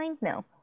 no